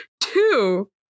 two